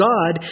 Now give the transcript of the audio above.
God